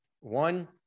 One